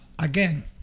Again